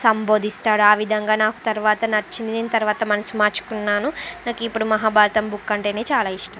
సంబోధిస్తాడు ఆ విధంగా నాకు తరువాత నచ్చింది నేను తరువాత మనసు మార్చుకున్నాను నాకు ఇప్పుడు మహాభారతం బుక్ అంటేనే చాలా ఇష్టం